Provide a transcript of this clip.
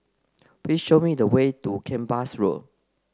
please show me the way to Kempas Road